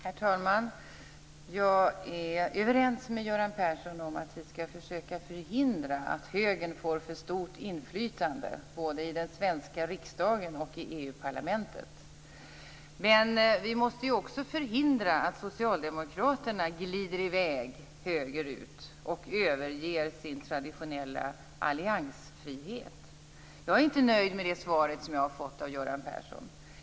Herr talman! Jag är överens med Göran Persson om att vi skall försöka förhindra att högern får för stort inflytande både i den svenska riksdagen och i EU-parlamentet. Men vi måste också förhindra att socialdemokraterna glider i väg högerut och överger sin traditionella alliansfrihet. Jag är inte nöjd med det svar som jag har fått av Göran Persson.